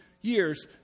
years